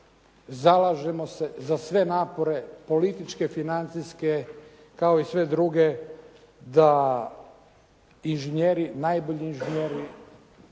zalažemo se za sve napore političke, financijske kao i sve druge da inžinjeri,